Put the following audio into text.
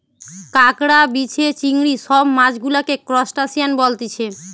কাঁকড়া, বিছে, চিংড়ি সব মাছ গুলাকে ত্রুসটাসিয়ান বলতিছে